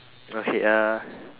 okay ah